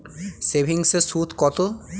সেভিংসে সুদ কত?